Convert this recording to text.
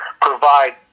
provide